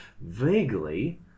vaguely